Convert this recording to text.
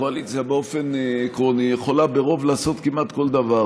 הרי הקואליציה באופן עקרוני יכולה ברוב לעשות כמעט כל דבר,